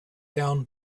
down